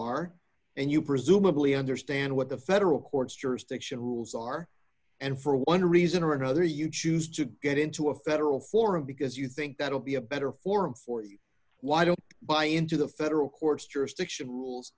are and you presumably understand what the federal court's jurisdiction rules are and for one reason or another you choose to get into a federal forum because you think that will be a better forum for you why don't buy into the federal court's